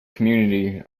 community